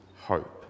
hope